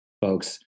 folks